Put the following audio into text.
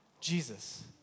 Jesus